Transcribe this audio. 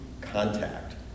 contact